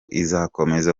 izakomeza